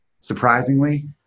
surprisingly